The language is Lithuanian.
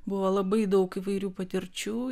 buvo labai daug įvairių patirčių